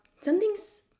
something's